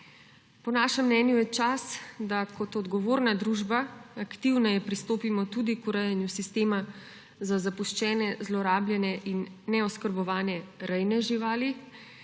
Po našem mnenju je čas, da kot odgovorna družba aktivneje pristopimo tudi k urejanju sistema za zapuščene, zlorabljene in neoskrbovane rejne živali,